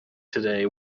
today